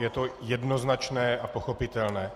Je to jednoznačné a pochopitelné.